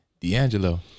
D'Angelo